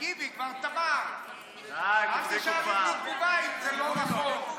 אם זה לא נכון.